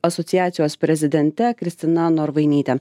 asociacijos prezidente kristina norvainyte